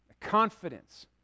confidence